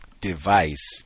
device